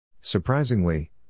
Surprisingly